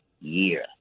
year